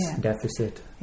deficit